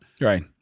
Right